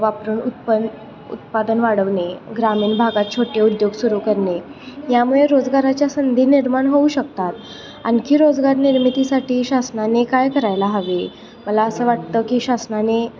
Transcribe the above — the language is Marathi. वापरून उत्पन उत्पादन वाढवणे ग्रामीण भागात छोटे उद्योग सुरू करणे यामुळे रोजगाराच्या संधी निर्माण होऊ शकतात आणखी रोजगार निर्मितीसाठी शासनाने काय करायला हवे मला असं वाटतं की शासनाने